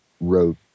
wrote